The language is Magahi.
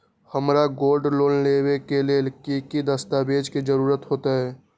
हमरा गोल्ड लोन लेबे के लेल कि कि दस्ताबेज के जरूरत होयेत?